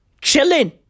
chilling